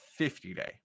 50-day